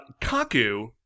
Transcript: Kaku